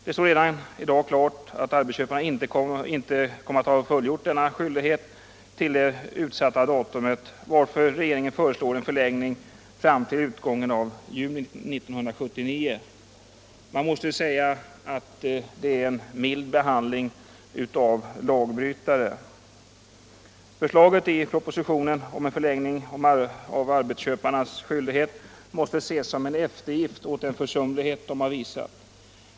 Det står redan i dag klart att arbetsköparna inte kommer att ha fullgjort denna skyldighet till utsatt datum, varför regeringen föreslår en förlängning fram till utgången av juni 1979. Man måste säga att det är en mild behandling av lagbrytare. Förslaget i propositionen om en förlängning av tiden för fullgörandet av arbetsköparnas skyldighet måste ses som en eftergift åt den försumlighet de har visat.